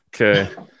Okay